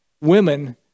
women